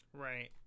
right